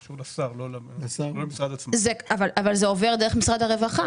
אבל זה עובר דרך משרד הרווחה?